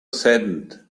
saddened